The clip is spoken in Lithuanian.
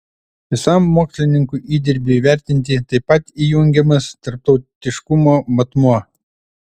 visam mokslininkų įdirbiui vertinti taip pat įjungiamas tarptautiškumo matmuo